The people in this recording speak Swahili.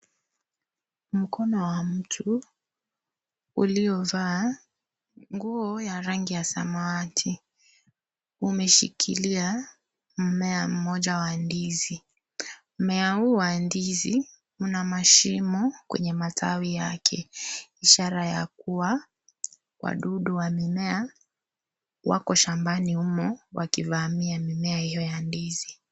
Mkono wa mtu uliovaa nguo ya rangi ya samawati. Umeshikilia mmea mmoja wa ndizi. Mmea huu wa ndizi una mashimo kwenye matawi yake. Ishara ya kuwa wadudu wa mimea wako shambani humo wakivamia mimea hiyo ya ndizi.